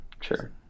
sure